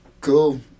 Cool